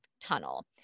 tunnel